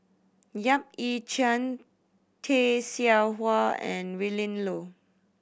Yap Ee Chian Tay Seow Huah and Willin Low